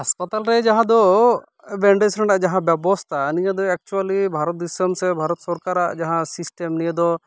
ᱦᱟᱥᱯᱟᱛᱟᱞ ᱨᱮ ᱡᱟᱦᱟᱸᱫᱚ ᱵᱮᱱᱰᱮᱡᱽ ᱨᱮᱱᱟ ᱡᱟᱦᱟᱸ ᱵᱮᱵᱚᱥᱛᱷᱟ ᱱᱤᱭᱟᱹ ᱫᱚ ᱮᱠᱪᱩᱭᱮᱞᱤ ᱵᱷᱟᱨᱚᱛ ᱫᱤᱥᱚᱢ ᱥᱮ ᱵᱷᱟᱨᱚᱛ ᱥᱚᱨᱠᱟᱨᱟᱜ ᱡᱟᱦᱟᱸ ᱥᱤᱥᱴᱮᱢ ᱱᱤᱭᱟᱹ ᱫᱚ